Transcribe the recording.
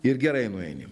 ir gerai nueini